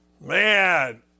Man